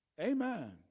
Amen